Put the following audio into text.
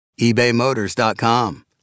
ebaymotors.com